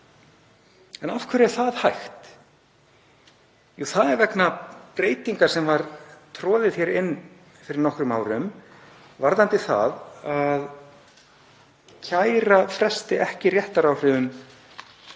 En af hverju er það hægt? Það er vegna breytingar sem var troðið inn fyrir nokkrum árum varðandi það að kæra fresti ekki réttaráhrifum